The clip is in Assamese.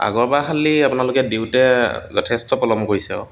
আগৰবাৰ খালী আপোনালোকে দিওঁতে যথেষ্ট পলম কৰিছে আৰু